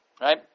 Right